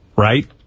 Right